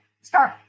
start